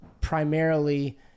primarily